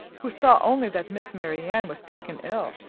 who saw only that miss marianne was taken ill,